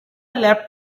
leapt